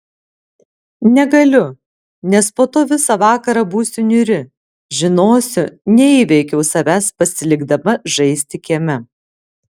negaliu nes po to visą vakarą būsiu niūri žinosiu neįveikiau savęs pasilikdama žaisti kieme